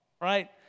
right